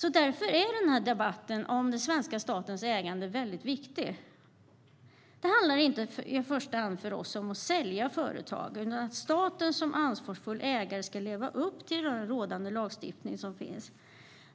Därför är debatten om den svenska statens ägande viktig. Det handlar inte i första hand om att sälja företag utan om att staten som ansvarsfull ägare ska leva upp till rådande lagstiftning.